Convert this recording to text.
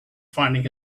finding